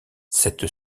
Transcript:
cette